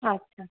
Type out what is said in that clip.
আচ্ছা